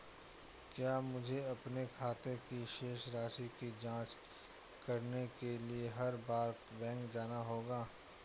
क्या मुझे अपने खाते की शेष राशि की जांच करने के लिए हर बार बैंक जाना होगा?